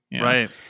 Right